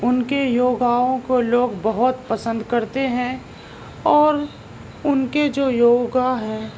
ان كے یوگاؤں كو لوگ بہت پسند كرتے ہیں اور ان کے جو یوگا ہیں